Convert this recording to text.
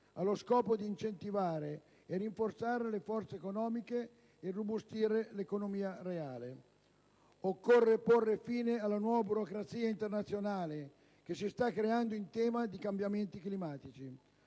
allo scopo di incentivare e rinforzare le forze economiche e irrobustire l'economia reale. Occorre porre fine alla nuova burocrazia internazionale che si sta creando in tema di cambiamenti climatici.